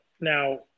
Now